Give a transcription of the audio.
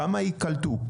כמה ייקלטו?